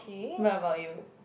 what about you